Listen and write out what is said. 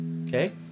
okay